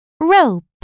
rope